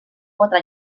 quatre